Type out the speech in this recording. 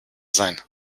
sein